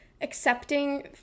accepting